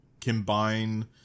combine